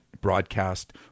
Broadcast